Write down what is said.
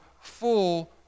full